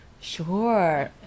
Sure